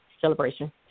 celebration